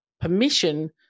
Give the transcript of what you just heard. permission